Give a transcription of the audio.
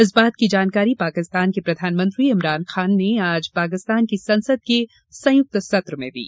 इस बात की जानकारी पाकिस्तान के प्रधानमंत्री इमरान खान ने आज पाकिस्तान की संसद के संयुक्त सत्र में दी